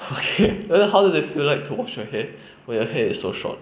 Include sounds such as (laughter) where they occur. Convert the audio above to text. okay (laughs) then how does it feel like to wash your hair when your hair is so short